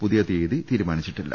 പുതിയ തീയതി തീരുമാനിച്ചിട്ടില്ല